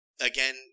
again